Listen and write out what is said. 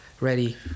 ready